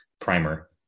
primer